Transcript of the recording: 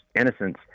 innocence